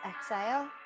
exhale